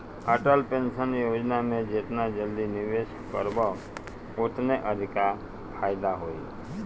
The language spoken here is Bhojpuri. अटल पेंशन योजना में जेतना जल्दी निवेश करबअ ओतने अधिका फायदा होई